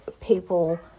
people